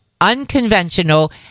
Unconventional